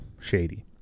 shady